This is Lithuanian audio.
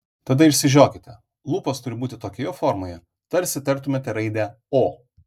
tada išsižiokite lūpos turi būti tokioje formoje tarsi tartumėte raidę o